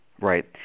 Right